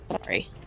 Sorry